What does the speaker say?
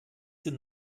sind